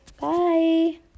Bye